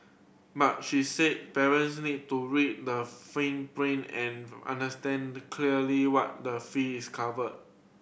but she said parents need to read the fine print and understand the clearly what the fees cover